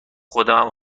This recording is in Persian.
خودمم